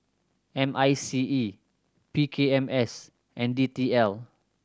M I C E P K M S and D T L